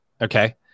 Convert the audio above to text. okay